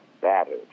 battered